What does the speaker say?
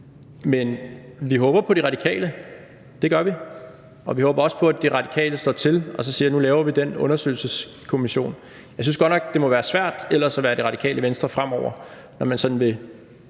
Men vi håber på De Radikale. Det gør vi, og vi håber også på, at De Radikale slår til og så siger, at nu laver vi den undersøgelseskommission. Jeg synes godt nok, det ellers må være svært at være Det Radikale Venstre fremover, når man sådan vil